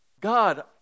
God